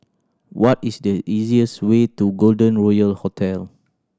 what is the easiest way to Golden Royal Hotel